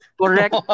correct